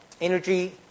energy